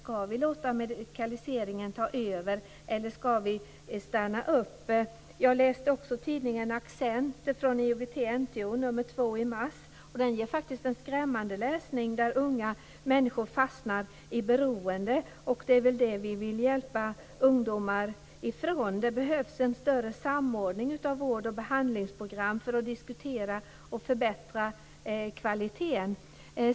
Ska vi låta medikaliseringen ta över eller ska vi stanna upp? Jag läste också tidningen Accent från IOGT/NTO, nr 2 som kom i mars, och den ger faktiskt en skrämmande läsning om unga människor som fastnar i beroende. Det är väl det vi vill hjälpa ungdomar ifrån. Det behövs en större samordning av vård och behandlingsprogram så att man kan diskutera och förbättra kvaliteten.